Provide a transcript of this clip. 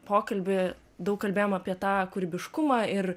pokalbį daug kalbėjom apie tą kūrybiškumą ir